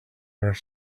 where